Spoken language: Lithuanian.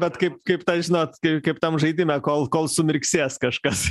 bet kaip kaip tas žinot kaip kaip tam žaidime kol kol sumirksės kažkas